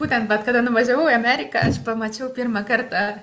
būtent vat kada nuvažiavau į ameriką aš pamačiau pirmą kartą